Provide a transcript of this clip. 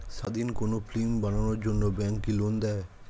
স্বাধীন কোনো ফিল্ম বানানোর জন্য ব্যাঙ্ক কি লোন দেয়?